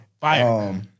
Fire